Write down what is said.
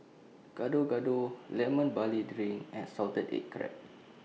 Gado Gado Lemon Barley Drink and Salted Egg Crab